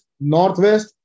northwest